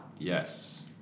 Yes